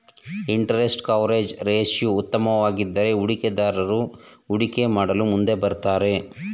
interest coverage ratio ಉತ್ತಮವಾಗಿದ್ದರೆ ಹೂಡಿಕೆದಾರರು ಹೂಡಿಕೆ ಮಾಡಲು ಮುಂದೆ ಬರುತ್ತಾರೆ